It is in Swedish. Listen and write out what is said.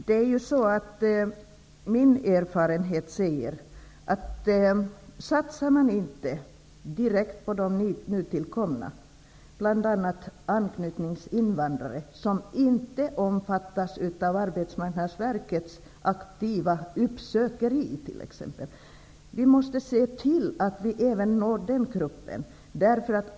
Herr talman! Av egen erfarenhet vet jag att det är viktigt att direkt satsa på de nytillkomna -- bl.a. de anknytningsinvandrare som inte omfattas av exempelvis Arbetsmarknadsverkets aktiva uppsökande verksamhet. Vi måste se till att vi når även den gruppen.